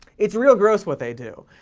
it's real gross what they do.